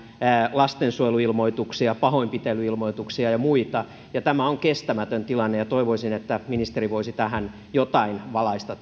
lastensuojeluilmoituksia pahoinpitelyilmoituksia ja muita tämä on kestämätön tilanne ja toivoisin että ministeri voisi tähän jotain valaista